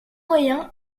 moyens